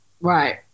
Right